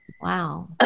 Wow